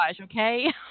okay